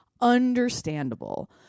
Understandable